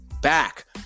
back